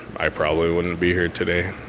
i probably wouldn't be here today.